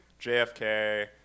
JFK